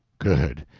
good.